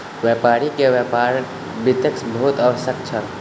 व्यापारी के व्यापार लेल वित्तक बहुत आवश्यकता छल